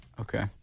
okay